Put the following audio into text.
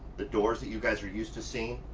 the doors that you guys are used to seeing.